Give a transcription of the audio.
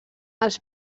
els